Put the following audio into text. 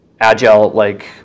agile-like